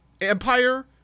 Empire